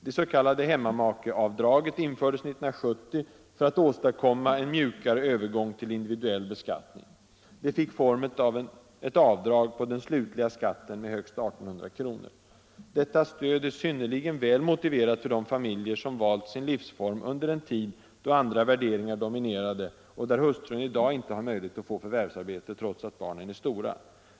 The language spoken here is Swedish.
Det s.k. hemmamakeavdraget infördes 1970 för att åstadkomma en mjukare övergång till individuell beskattning. Det fick formen av ett avdrag på den slutliga skatten med högst 1800 kr. Detta stöd är synnerligen väl motiverat för de familjer som valt sin livsform under en tid då andra värderingar dominerade och där hustrun i dag inte har möjlighet att få förvärvsarbete trots att barnen är stora.